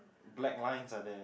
black lines are there